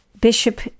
Bishop